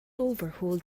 overhauled